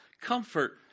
comfort